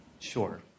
Sure